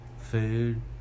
food